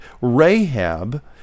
Rahab